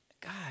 God